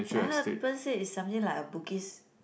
I heard people said it's something like a Bugis